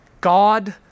God